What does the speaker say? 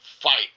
fight